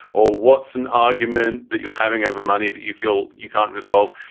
or what's an argument that you're having over money that you feel you can't resolve?